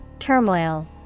Turmoil